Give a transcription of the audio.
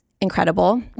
incredible